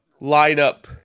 lineup